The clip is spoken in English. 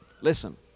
Listen